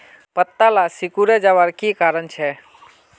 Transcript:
पत्ताला सिकुरे जवार की कारण छे?